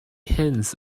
hens